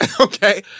okay